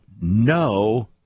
no